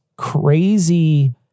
crazy